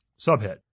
Subhead